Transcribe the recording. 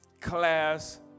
class